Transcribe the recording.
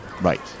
Right